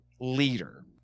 leader